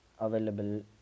available